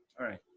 all right.